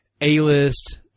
A-list